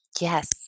Yes